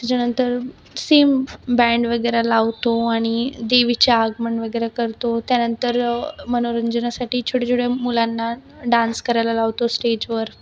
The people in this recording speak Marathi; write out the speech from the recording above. यानंतर सेम बँड वगैरे लावतो आणि देवीच्या आगमन वगैरे करतो त्यानंतर मनोरंजनासाठी छोट्या छोट्या मुलांना डान्स करायला लावतो स्टेजवर